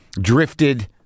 drifted